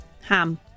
Ham